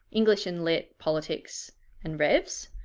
english and lit, politics and revs.